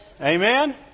Amen